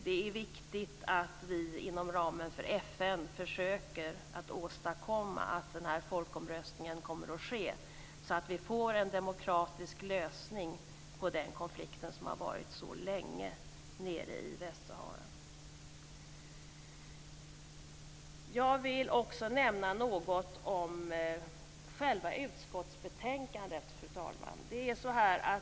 Det är viktigt att vi inom ramen för FN försöker att åstadkomma att denna folkomröstning kommer att ske så att vi får en demokratisk lösning på den konflikt som varat så länge nere i Västsahara. Jag vill också nämna något om själva utskottsbetänkandet, fru talman.